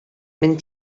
minn